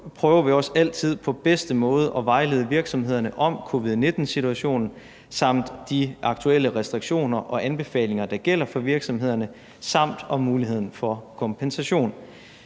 på bedste måde at vejlede virksomhederne om covid-19-situationen, om de aktuelle restriktioner og anbefalinger, der gælder for virksomhederne, samt om muligheden for kompensation.